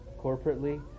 corporately